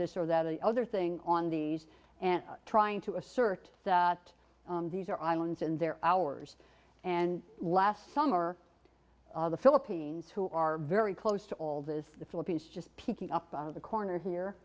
this or that or the other thing on these and trying to assert that these are islands and they're ours and last summer the philippines who are very close to all this the philippines just picking up out of the corner here